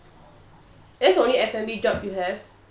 that's the only F&B job you have